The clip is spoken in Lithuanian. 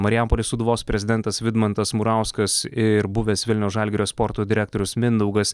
marijampolės sūduvos prezidentas vidmantas murauskas ir buvęs vilniaus žalgirio sporto direktorius mindaugas